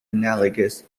analogous